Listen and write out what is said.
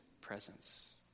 presence